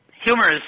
Humorous